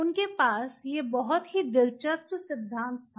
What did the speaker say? तो उनके पास यह बहुत ही दिलचस्प सिद्धांत था